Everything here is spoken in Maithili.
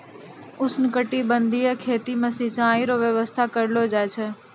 उष्णकटिबंधीय खेती मे सिचाई रो व्यवस्था करलो जाय छै